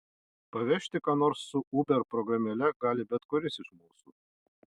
pavežti ką nors su uber programėle gali bet kuris iš mūsų